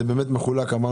אני לא מגיב על מה שהוא אמר.